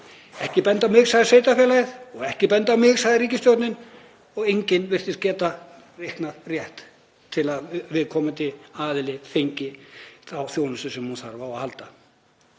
Ekki benda á mig, sagði sveitarfélagið, og ekki benda á mig, sagði ríkisstjórnin og enginn virtist geta reiknað rétt til að viðkomandi aðili fengi þá þjónustu sem hann þurfti á að halda.